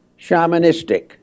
shamanistic